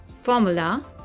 Formula